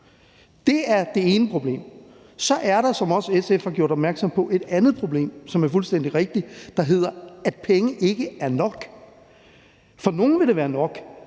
Det er det ene problem. Så er der, som også SF har gjort opmærksom på, et andet problem – det er fuldstændig rigtigt – der drejer sig om, at penge ikke er nok. For nogle vil det være nok;